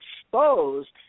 exposed